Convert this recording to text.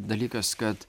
dalykas kad